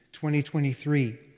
2023